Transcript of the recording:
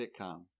sitcom